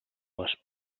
les